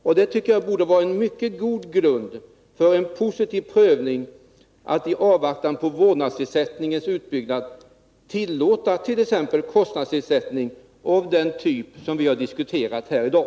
Jag tycker att det borde vara en mycket god grund för en positiv prövning att i avvaktan på vårdnadsersättningens utbyggnad tillåta t.ex. kostnadsersättning av den typ som vi har diskuterat här i dag.